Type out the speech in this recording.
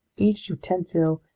each utensil,